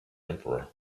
emperor